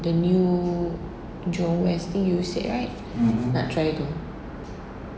the new jurong west thing you say right nak try tu